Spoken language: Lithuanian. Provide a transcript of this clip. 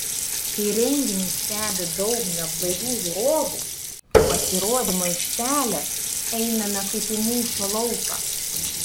kai renginį stebi daug neblaivių žiūrovų į pasirodymo aikštelę einame kaip į mūšio lauką